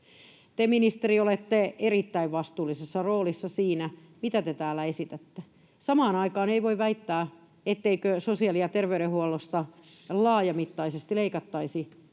Te, ministeri, olette erittäin vastuullisessa roolissa siinä, mitä te täällä esitätte. Samaan aikaan ei voi väittää, etteikö sosiaali- ja terveydenhuollosta laajamittaisesti leikattaisi,